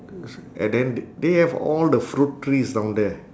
so and then th~ they have all the fruit trees down there